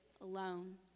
alone